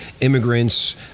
immigrants